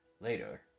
Later